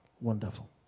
Wonderful